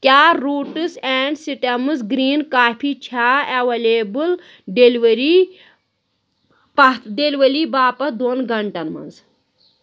کیٛاہ roots and stems green کافی چھا ایویلیبٕل ڈیلؤری پَتھ باپتھ دۄن گنٛٹَن منٛز